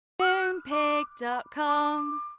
Moonpig.com